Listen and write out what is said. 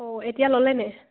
অ' এতিয়া ল'লেনে